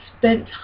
spent